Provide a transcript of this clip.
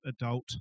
adult